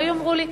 לא יאמרו לי,